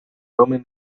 roman